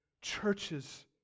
Churches